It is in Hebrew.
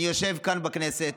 אני יושב כאן בכנסת,